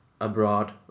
abroad